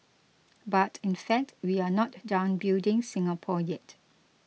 but in fact we are not done building Singapore yet